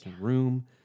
room